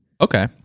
Okay